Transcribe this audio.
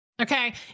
Okay